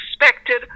expected